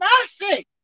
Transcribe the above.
mercy